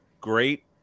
great